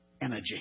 energy